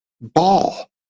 ball